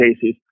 cases